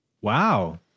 Wow